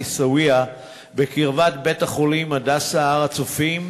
עיסאוויה בקרבת בית-החולים "הדסה הר-הצופים",